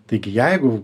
taigi jeigu